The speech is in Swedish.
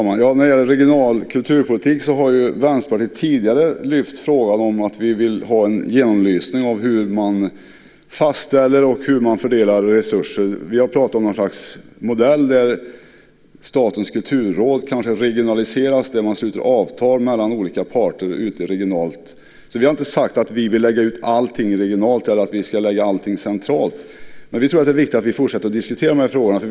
Fru talman! När det gäller regional kulturpolitik har Vänsterpartiet tidigare lyft upp frågan om att vi vill ha en genomlysning av hur man fastställer och fördelar resurser. Vi har pratat om något slags modell, där Statens kulturråd kanske regionaliseras, där man sluter avtal mellan olika parter regionalt. Vi har inte sagt att vi vill lägga ut allting regionalt eller att vi ska lägga allting centralt. Men vi tror att det är viktigt att vi fortsätter att diskutera de här frågorna.